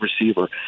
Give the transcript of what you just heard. receiver